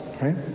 right